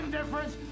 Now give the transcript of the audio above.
difference